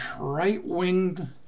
right-wing